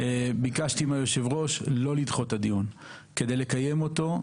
ביקשתי מהיושב-ראש לא לדחות את הדיון ולקיים אותו,